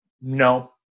no